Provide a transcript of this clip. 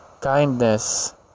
kindness